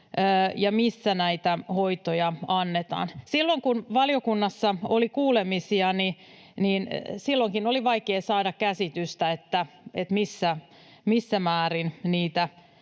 ja missä näitä hoitoja annetaan. Silloin kun valiokunnassa oli kuulemisia, silloinkin oli vaikea saada käsitystä, missä määrin niitä